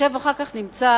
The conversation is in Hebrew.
נשב אחר כך ונמצא